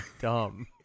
dumb